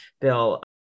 Bill